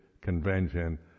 convention